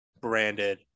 branded